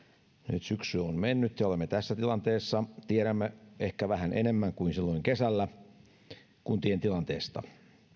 nyt syksy on mennyt ja olemme tässä tilanteessa tiedämme ehkä vähän enemmän kuin silloin kesällä kuntien tilanteesta